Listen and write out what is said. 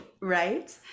Right